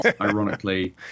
ironically